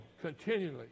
continually